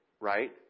right